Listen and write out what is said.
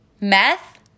Meth